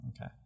okay